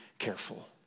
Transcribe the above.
Careful